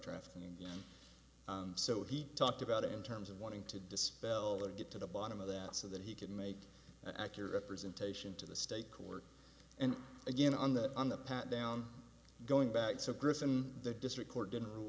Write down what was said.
trafficking and so he talked about it in terms of wanting to dispel or get to the bottom of that so that he could make an accurate representation to the state court and again on that on the pat down going back so gruesome the district court di